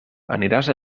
aniràs